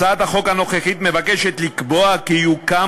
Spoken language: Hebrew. הצעת החוק הנוכחית מבקשת לקבוע כי יוקם